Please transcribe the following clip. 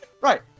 right